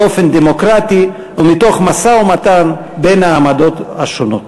באופן דמוקרטי ומתוך משא-ומתן בין העמדות השונות.